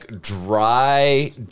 dry